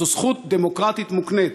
זו זכות דמוקרטית מוקנית.